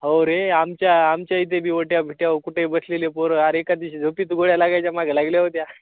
हो रे आमच्या आमच्या इथेही वट्या भिट्या कुठे बसलेले पोर अरे एका दिवशी झोपेत गोळ्या लागायच्या मागं लागल्या होत्या